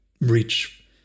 reach